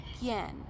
again